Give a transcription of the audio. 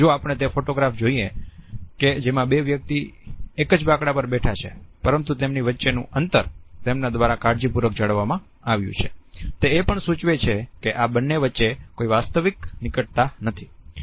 જો આપણે તે ફોટોગ્રાફ જોઈએ કે જેમાં બે વ્યક્તિ એક જ બાંકડા પર બેઠા છે પરંતુ તેમની વચ્ચેનું અંતર તેમના દ્વારા કાળજીપૂર્વક જાળવવામાં આવ્યું છે તે એ પણ સૂચવે છે કે આ બંને વચ્ચે કોઈ વાસ્તવિક નિકટતા નથી